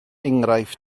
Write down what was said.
enghraifft